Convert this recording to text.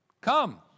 Come